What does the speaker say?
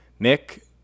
Mick